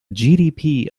gdp